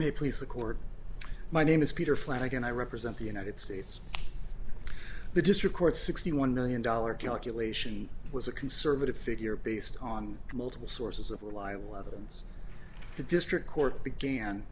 may please the court my name is peter flanagan i represent the united states the district court sixty one million dollars calculation was a conservative figure based on multiple sources of reliable evidence the district court began